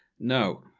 no.